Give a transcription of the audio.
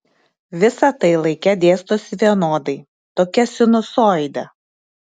visa tai laike dėstosi vienodai tokia sinusoide